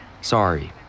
Sorry